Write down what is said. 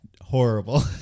horrible